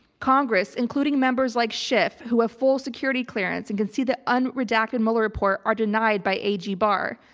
congress, including members like schiff, who have full security clearance and can see the unredacted mueller report are denied by ag barr,